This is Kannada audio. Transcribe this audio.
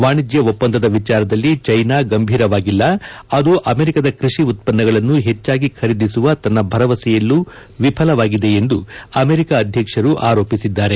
ವಾಣಿಜ್ಯ ಒಪ್ಪಂದದ ವಿಚಾರದಲ್ಲಿ ಚೀನಾ ಗಂಭೀರವಾಗಿಲ್ಲ ಅದು ಅಮೆರಿಕದ ಕೃಷಿ ಉತ್ವನ್ನಗಳನ್ನು ಹೆಚ್ಚಾಗಿ ಖರೀದಿಸುವ ತನ್ನ ಭರವಸೆಯಲ್ಲೂ ವಿಫಲವಾಗಿದೆ ಎಂದು ಅಮೆರಿಕಾ ಅಧ್ಯಕ್ಷರು ಆರೋಪಿಸಿದ್ದಾರೆ